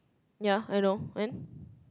ya I know then